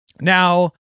Now